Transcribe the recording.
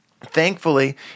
thankfully